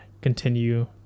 continue